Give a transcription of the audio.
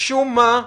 משום מה,